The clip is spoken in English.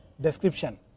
description